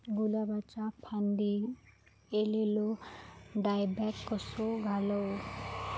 गुलाबाच्या फांदिर एलेलो डायबॅक कसो घालवं?